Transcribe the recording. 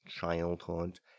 childhood